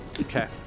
Okay